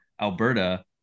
Alberta